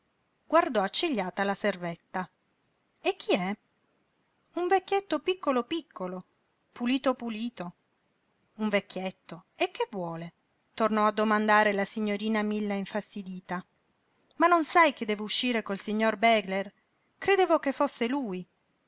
saporini guardò accigliata la servetta e chi è un vecchietto piccolo piccolo pulito pulito un vecchietto e che vuole tornò a domandare la signorina milla infastidita ma non sai che devo uscire col signor begler credevo che fosse lui